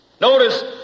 Notice